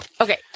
Okay